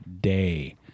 day